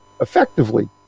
effectively